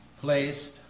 placed